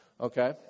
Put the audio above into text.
okay